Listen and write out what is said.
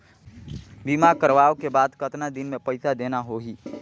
बीमा करवाओ के बाद कतना दिन मे पइसा देना हो ही?